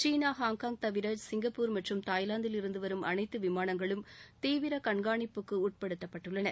சீனா Hong Kong தவிர Singapore மற்றும் தாய்லாந்தில் இருந்து வரும் அனைத்து விமானங்களும் தீவிர கண்காணிப்புக்கு உட்படுத்தப்பட்டுள்ளன